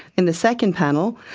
in the second panel,